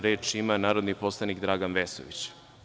Reč ima narodni poslanik Dragan Vesović.